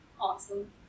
Awesome